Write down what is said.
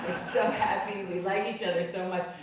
so happy, we like each other so much.